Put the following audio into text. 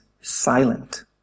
silent